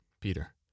Peter